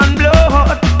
blood